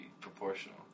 proportional